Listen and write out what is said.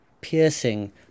piercing